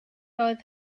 oedd